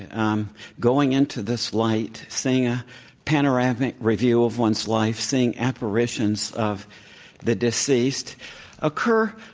um going into this light, seeing a panoramic review of one's life, seeing apparitions of the deceased occur